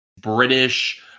British